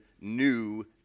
new